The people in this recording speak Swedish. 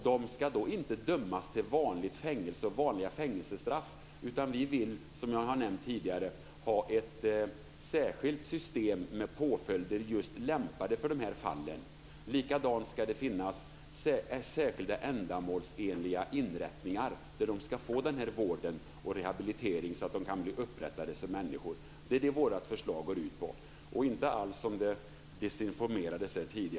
De ska då inte dömas till vanliga fängelsestraff. Vi vill, som jag har nämnt tidigare, ha ett särskilt system med påföljder lämpade för just dessa fall. På samma sätt ska det finnas särskilda ändamålsenliga inrättningar där de ska få vård och rehabilitering, så att de kan bli upprättade som människor. Det är det vårt förslag går ut på. Det som sades tidigare om förslaget var desinformation.